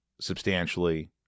substantially